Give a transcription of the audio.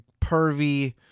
pervy